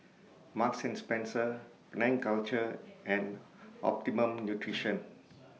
Marks and Spencer Penang Culture and Optimum Nutrition